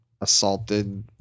assaulted